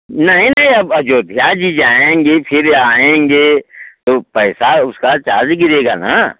नहीं नहीं आप अयोध्या जी जाएंगी फिर आएंगे तो पैसा उसका चार्ज गिरेगा ना